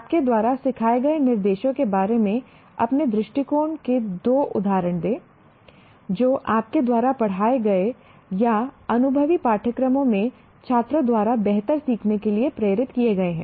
आपके द्वारा सिखाए गए निर्देशों के बारे में अपने दृष्टिकोण के दो उदाहरण दें जो आपके द्वारा पढ़ाए गए या अनुभवी पाठ्यक्रमों में छात्रों द्वारा बेहतर सीखने के लिए प्रेरित किए गए हैं